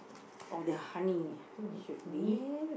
or the honey should be